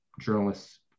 journalists